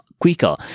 quicker